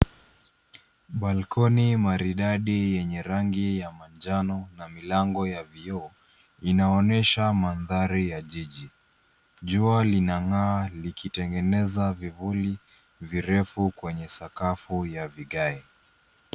Balcony maridadi yenye rangi ya manjano, na milango ya vioo, inaonyesha mandhari ya jiji. Jua linang'aa likitengeneza vivuli virefu kwenye sakafu ya vigae.